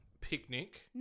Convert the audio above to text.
picnic